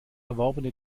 erworbene